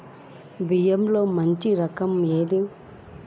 బియ్యంలో మంచి రకం ఏది?